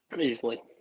easily